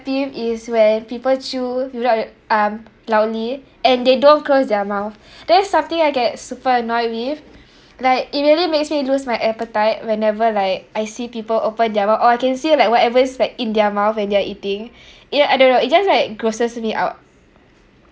peeve is when people chew without the um loudly and they don't close their mouth that is something I get super annoyed with like it really makes me lose my appetite whenever like I see people open their mouth or I can see like whatever's like in their mouth when they're eating yeah I don't know it just like grosses me out